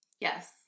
Yes